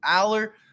Aller